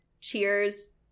Cheers